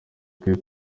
ikwiye